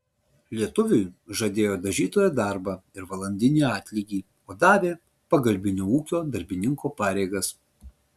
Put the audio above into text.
lietuviui žadėjo dažytojo darbą ir valandinį atlygį o davė pagalbinio ūkio darbininko pareigas